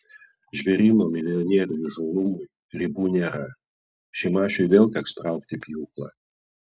žvėryno milijonierių įžūlumui ribų nėra šimašiui vėl teks traukti pjūklą